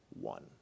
one